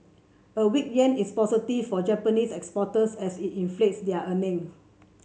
a weak yen is positive for Japanese exporters as it inflates their earning